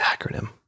acronym